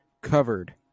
covered